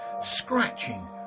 scratching